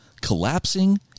collapsing